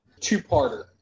two-parter